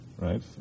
right